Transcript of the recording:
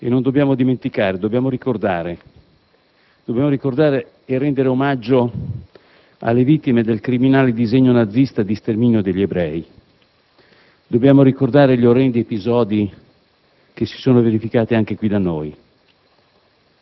dobbiamo ricordare. Dobbiamo ricordare e rendere omaggio alle vittime del criminale disegno nazista di sterminio degli ebrei. Dobbiamo ricordare gli orrendi episodi che si sono verificati anche qui da noi.